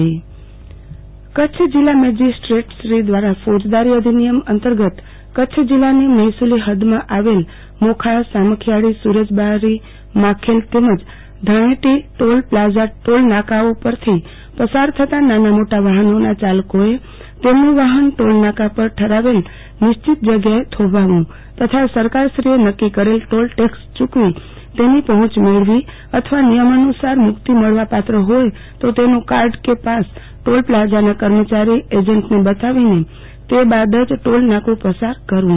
આરતીબેન ભદ્દ ટોલનાકા કચ્છ જિલ્લા મેજીસ્ટ્રેશ્રી દ્વારા ફોજદારી અધિનિયમ અંતંગત કચ્છ જિલ્લાની મહેસુલી હદમાં આવેલ મોખાસામખીયાળી સુરજબારીમાખેલ તેમજ ધાણેટી ટોલ પ્લાઝા ટોલનાકાઓ પરથી પસાર થતા નાના મોટા વાહનોના યાલકોનએ તેમનું વાહન ટોલનાકા પર ઠરાવેલ નિશ્ચિત જગ્યાએ થોભાવવું તથા સરકારશ્રીએ નક્કી કરેલ ટોલ ટેક્ષ યુકવી તેની પહોંચ મેળવી અથવા નિયમોઅનુસાર મુક્ત મળવાપાત્ર હોય તો તેનું કાર્ડ કે પાસ ટોલ પ્લાઝાના કર્મચારીએજન્ટને બતાવીને તે બાદ જ ટોલનાકુ પસાર કરવુ